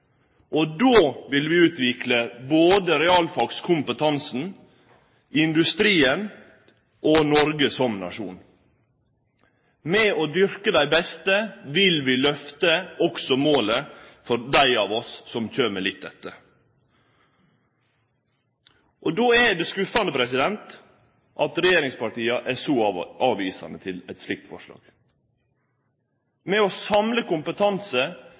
vi utvikle både realfagkompetansen, industrien og Noreg som nasjon. Ved å dyrke dei beste vil vi òg lyfte målet for dei av oss som kjem litt etter. Då er det skuffande at regjeringspartia er så avvisande til eit slikt forslag. Ved å samle kompetanse